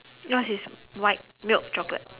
yours is white milk chocolate